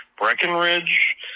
Breckenridge